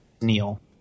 Neil